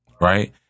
right